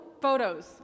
photos